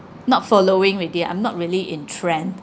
not following already I'm not really in trend